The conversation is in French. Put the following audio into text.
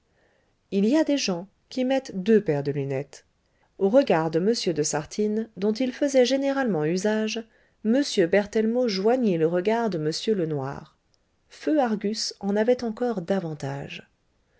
il y a des gens qui mettent deux paires de lunettes an regard de m de sartines dont il faisait généralement usage m berthellemot joignit le regard de m lenoir feu argus en avait encore davantage